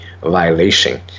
violation